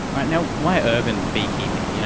and you know why urban beekeeping? you know